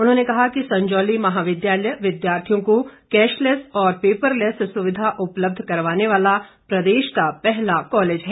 उन्होंने कहा कि संजौली महाविद्यालय विद्यार्थियों को कैशलेस और पेपरलैस सुविधा उपलब्ध करवाने वाला प्रदेश का पहला कॉलेज है